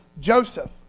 Joseph